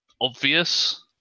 obvious